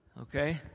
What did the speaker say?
Okay